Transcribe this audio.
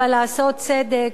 ועל לעשות צדק,